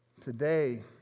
Today